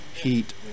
heat